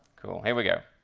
cool, here we go.